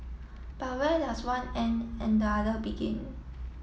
but where does one end and the other begin